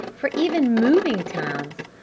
for even moving times.